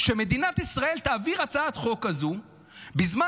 שמדינת ישראל תעביר הצעת חוק כזאת בזמן